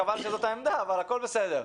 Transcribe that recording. חבל שזו העמדה, אבל הכול בסדר.